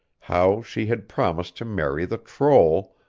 how she had promised to marry the troll,